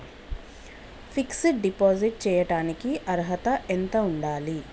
Fix డ్ deposit చేయటానికి అర్హత ఎంత ఉండాలి?